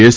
S